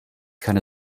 keine